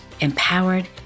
empowered